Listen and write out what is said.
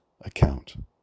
account